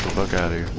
look at your